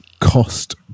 cost